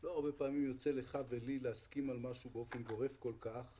לא הרבה פעמים יוצא לך ולי להסכים על משהו באופן גורף כל כך.